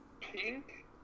pink